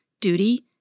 duty